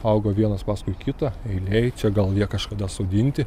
auga vienas paskui kitą eilėj čia gal jie kažkada sodinti